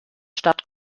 stadt